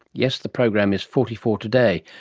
yes, the program is forty four today,